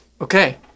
Okay